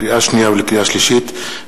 לקריאה שנייה ולקריאה שלישית,